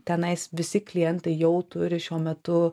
tenais visi klientai jau turi šiuo metu